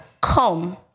come